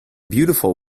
beautiful